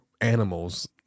animals